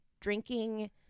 drinking